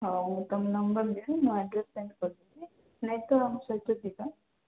ହଉ ତୁମ ନମ୍ବର୍ ଦିଅନି ମୁଁ ଆଡ୍ରେସ୍ ସେଣ୍ଡ୍ କରୁଛି ନାଇଁ ତ ଆମ ସହିତ ଯିବା